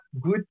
good